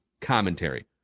commentary